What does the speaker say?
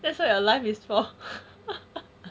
that's what your life is for